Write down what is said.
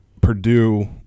purdue